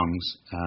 songs